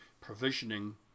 provisioning